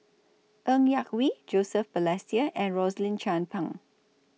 Ng Yak Whee Joseph Balestier and Rosaline Chan Pang